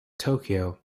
tokyo